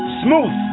smooth